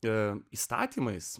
ir įstatymais